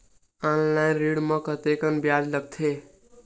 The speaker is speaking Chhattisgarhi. ऑनलाइन ऋण म कतेकन ब्याज लगथे?